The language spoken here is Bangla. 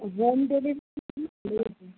home daily